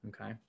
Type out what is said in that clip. okay